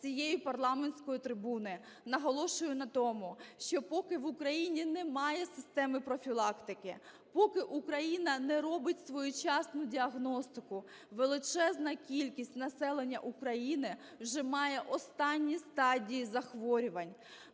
цієї парламентської трибуни наголошую на тому, що поки в Україні немає системи профілактики, поки Україна не робить своєчасну діагностику – величезна кількість населення України вже має останні стадії захворювань.